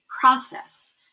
process